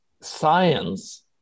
science